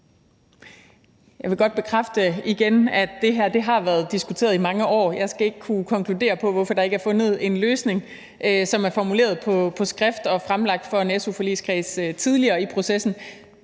Jeg vil godt bekræfte igen, at det her har været diskuteret i mange år. Jeg skal ikke kunne konkludere på, hvorfor der ikke er fundet en løsning, som er formuleret på skrift og fremlagt for su-forligskredsen tidligere i processen.